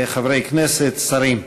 חברי כנסת, שרים,